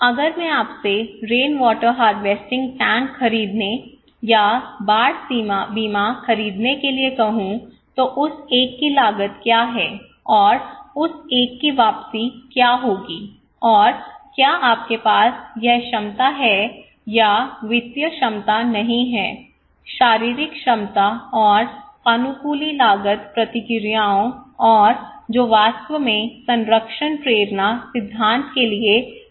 अगर मैं आपसे रेन वाटर हार्वेस्टिंग टैंक खरीदने या बाढ़ बीमा खरीदने के लिए कहूं तो उस एक की लागत क्या है और उस एक की वापसी क्या होगी और क्या आपके पास यह क्षमता है या वित्तीय क्षमता नहीं है शारीरिक क्षमता और अनुकूली लागत प्रतिक्रियाओं और जो वास्तव में संरक्षण प्रेरणा सिद्धांत के लिए मूल्यांकन है